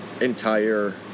entire